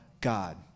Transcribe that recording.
God